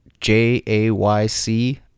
J-A-Y-C